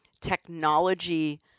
technology